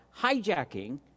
hijacking